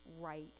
right